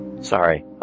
Sorry